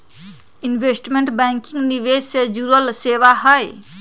investment banking निवेश से जुड़ल सेवा हई